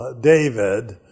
David